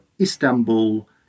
Istanbul